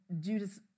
Judas